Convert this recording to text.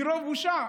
מרוב בושה.